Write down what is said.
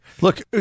look